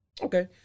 Okay